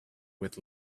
with